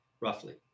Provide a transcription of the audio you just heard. roughly